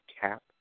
cap